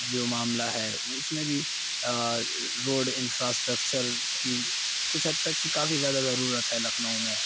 جو معاملہ ہے اس میں بھی روڈ انفراسٹرکچر کی کچھ حد تک کی کافی زیادہ ضرورت ہے لکھنؤ میں